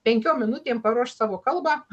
penkiom minutėm paruošt savo kalbą